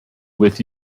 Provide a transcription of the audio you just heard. with